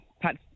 Pat